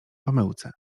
pomyłce